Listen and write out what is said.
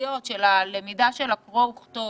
הבסיסיות של הלמידה של הקרוא וכתוב